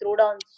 throwdowns